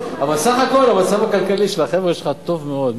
אבל בסך הכול המצב הכלכלי של החבר'ה שלך טוב מאוד,